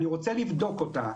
אני רוצה לבדוק אותה.